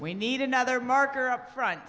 we need another marker up front